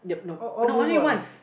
all all this whiles